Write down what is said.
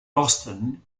boston